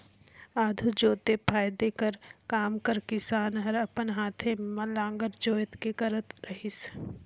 आघु जोते फादे कर काम ल किसान हर अपन हाथे मे नांगर जोएत के करत रहिस